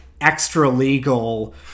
extra-legal